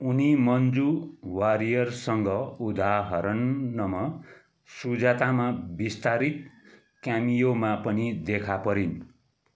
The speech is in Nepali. उनी मञ्जु वारियरसँग उदाहरणमा सुजातामा विस्तारित क्यामियोमा पनि देखा परिन्